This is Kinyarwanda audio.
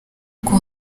kuko